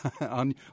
on